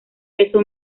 peso